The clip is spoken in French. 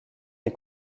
des